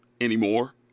anymore